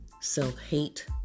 self-hate